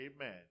amen